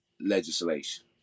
legislation